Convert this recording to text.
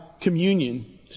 communion